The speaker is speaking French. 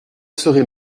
serais